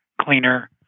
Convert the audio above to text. cleaner